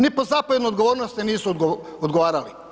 Ni po zapovjednoj odgovornost nisu odgovarali.